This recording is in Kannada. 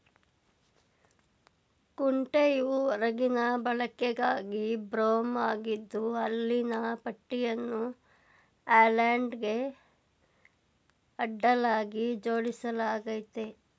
ಕುಂಟೆಯು ಹೊರಗಿನ ಬಳಕೆಗಾಗಿ ಬ್ರೂಮ್ ಆಗಿದ್ದು ಹಲ್ಲಿನ ಪಟ್ಟಿಯನ್ನು ಹ್ಯಾಂಡಲ್ಗೆ ಅಡ್ಡಲಾಗಿ ಜೋಡಿಸಲಾಗಯ್ತೆ